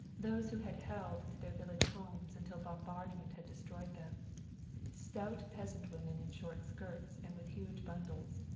those who had held to their village homes until bombardment had destroyed them stout peasant women in short skirts and with huge bundles,